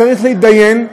צריך להתדיין,